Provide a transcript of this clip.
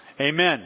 Amen